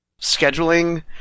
scheduling